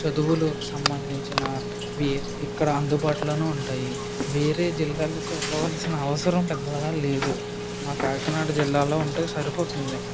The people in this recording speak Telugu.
చదువులు సంబంధించినవి ఇక్కడ అందుబాటులోనే ఉంటాయి వేరే జిల్లాలకు వెళ్ళవలసిన అవసరం పెద్దగా లేదు మా కాకినాడ జిల్లాలో ఉంటే సరిపోతుంది